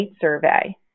survey